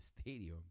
stadium